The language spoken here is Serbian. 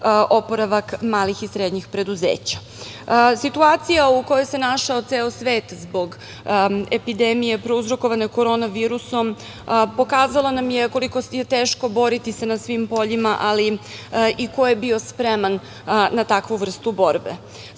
oporavak malih i srednjih preduzeća. Situacija u kojoj se našao ceo svet zbog epidemije prouzrokovane korona virusom pokazala nam je koliko je teško boriti se na svim poljima, ali i ko je bio spreman na takvu vrstu borbe.